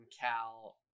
Cal